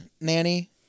Nanny